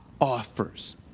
offers